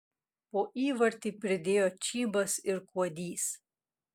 po įvartį pridėjo čybas ir kuodys